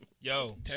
Yo